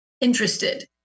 interested